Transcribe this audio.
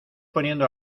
poniendo